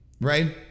right